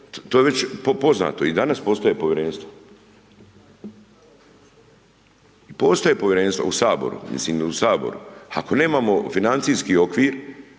to je već poznato, i danas postoje Povjerenstva i postoje Povjerenstva u Saboru, mislim, u Saboru. Ako nemamo financijski okvir,